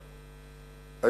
יכול.